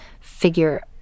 figure